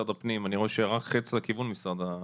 משרד האוצר,